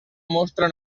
mostra